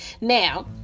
now